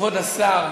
כבוד השר,